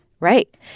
Right